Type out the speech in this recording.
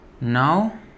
Now